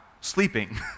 sleeping